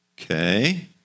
okay